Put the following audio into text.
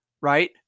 right